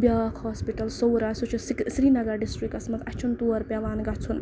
بیاکھ ہوسپِٹل صوورا آسہِ سُہ چھُ سری نَگر ڈِسٹرکَس منٛز اَسہِ چھُنہٕ تور پیوان گژھُن